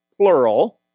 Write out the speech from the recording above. plural